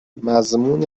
مضمون